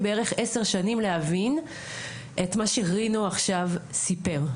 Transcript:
בערך עשר שנים להבין את מה שרינו עכשיו סיפר,